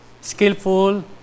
skillful